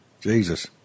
Jesus